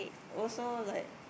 also like